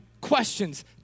questions